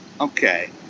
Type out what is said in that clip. okay